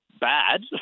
bad